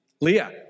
Leah